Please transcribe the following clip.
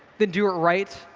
then do it right,